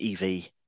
EV